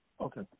Okay